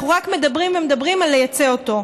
אנחנו רק מדברים ומדברים על לייצא אותו.